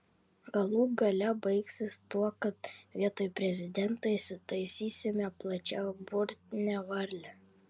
galų gale baigsis tuo kad vietoj prezidento įsitaisysime plačiaburnę varlę